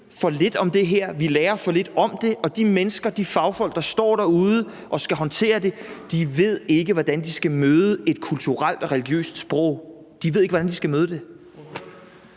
for lidt om det her og lærer for lidt om det, og at de mennesker og de fagfolk, som står derude og skal håndtere det, ikke ved, hvordan de skal møde et kulturelt og religiøst sprog, altså at de ved ikke, hvordan de skal møde det?